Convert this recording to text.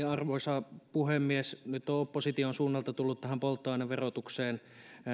arvoisa puhemies nyt on opposition suunnalta tullut tähän polttoaineverotukseen